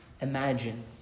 imagine